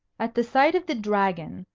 at the sight of the dragon,